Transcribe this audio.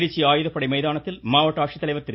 திருச்சி ஆயுதப்படை மைதானத்தில் மாவட்ட ஆட்சித்தலைவர் திரு